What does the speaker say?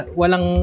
walang